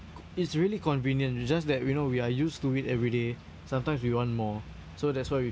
it's really convenient it's just that you know we are used to it everyday sometimes we want more so that's why we